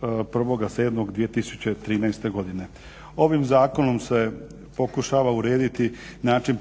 1. 7. 2013. godine. Ovim Zakonom se pokušava urediti način